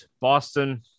Boston